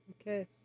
Okay